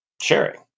sharing